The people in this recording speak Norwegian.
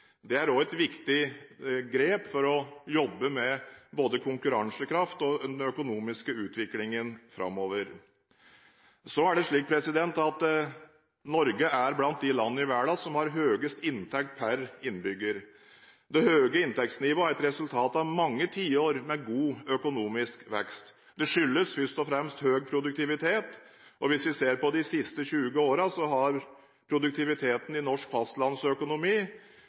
Det er også et viktig grep for å jobbe med både konkurransekraft og den økonomiske utviklingen framover. Norge er blant de land i verden som har høyest inntekt per innbygger. Det høye inntektsnivået er et resultat av mange tiår med god økonomisk vekst. Det skyldes først og fremst høy produktivitet. Hvis vi ser på de siste 20 årene, har produktiviteten i norsk fastlandsøkonomi